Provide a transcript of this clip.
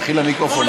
תפתחי לה מיקרופון,